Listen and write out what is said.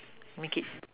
make it